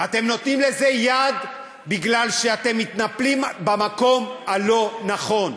אתם נותנים לזה יד בגלל שאתם מתנפלים במקום הלא-נכון.